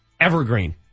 Evergreen